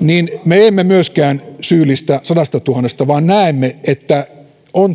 niin me emme myöskään syyllistä sadastatuhannesta vaan näemme että